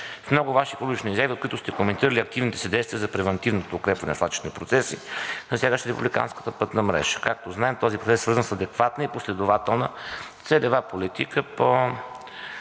В много Ваши публични изяви открито сте коментирали активните си действия за превантивното укрепване на свлачищните процеси, засягащи републиканската пътна мрежа. Както знаем, този процес е свързан с адекватна и последователна целева политика по